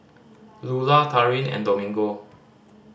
Lulah Taryn and Domingo